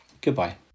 Goodbye